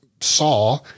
saw